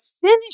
finish